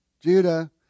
Judah